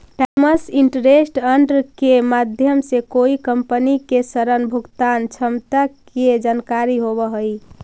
times interest earned के माध्यम से कोई कंपनी के ऋण भुगतान क्षमता के जानकारी होवऽ हई